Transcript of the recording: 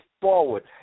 forward